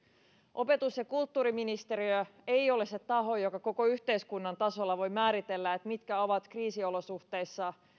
opetus ja kulttuuriministeriö ei ole se taho joka koko yhteiskunnan tasolla voi määritellä mitkä ovat kriisiolosuhteissa